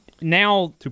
now